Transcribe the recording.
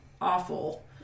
awful